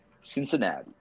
Cincinnati